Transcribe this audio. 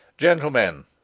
Gentlemen